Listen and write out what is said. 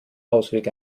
ausweg